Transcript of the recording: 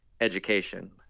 education